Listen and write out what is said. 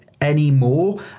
anymore